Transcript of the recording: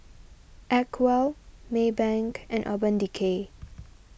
Acwell Maybank and Urban Decay